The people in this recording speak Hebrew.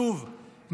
שוב,